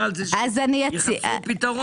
ודובר שתחפשו פתרון.